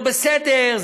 או שזה לא בסדר,